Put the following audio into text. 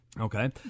okay